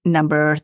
Number